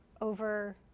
over